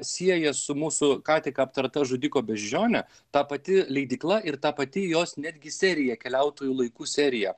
sieja su mūsų ką tik aptarta žudiko beždžione ta pati leidykla ir ta pati jos netgi serija keliautojų laiku serija